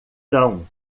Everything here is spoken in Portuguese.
são